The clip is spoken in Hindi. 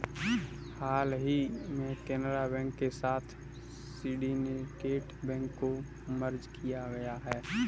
हाल ही में केनरा बैंक के साथ में सिन्डीकेट बैंक को मर्ज किया गया है